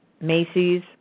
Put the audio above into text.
Macy's